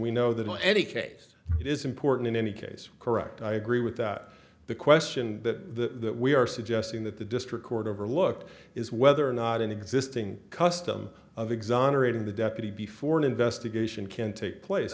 we know that on any case it is important in any case correct i agree with that the question that we are suggesting that the district court overlook is whether or not an existing custom of exonerating the deputy before an investigation can take place